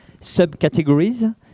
subcategories